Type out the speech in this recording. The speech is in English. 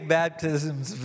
baptisms